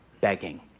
begging